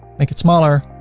make it smaller,